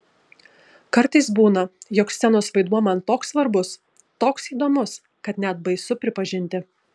kartais būna jog scenos vaidmuo man toks svarbus toks įdomus kad net baisu pripažinti